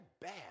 bad